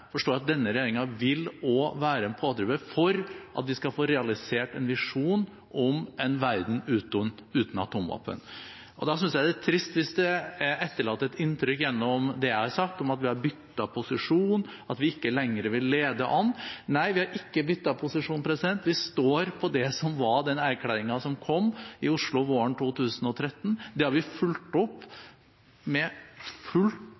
at denne regjeringen også vil være en pådriver for at vi skal få realisert en visjon om en verden uten atomvåpen. Da synes jeg det er trist hvis det er etterlatt et inntrykk gjennom det jeg har sagt, av at vi har byttet posisjon, at vi ikke lenger vil lede an. Nei, vi har ikke byttet posisjon, vi står på det som var i den erklæringen som kom i Oslo våren 2013. Det har vi fulgt opp med full